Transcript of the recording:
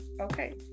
Okay